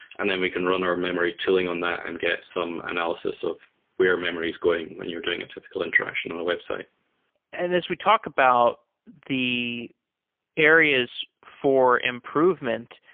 and then we can run our memory tooling on that and get some analysis of where memory is going when you're doing a typical interaction on a website and as we talk about the areas for improvement,